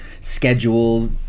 schedules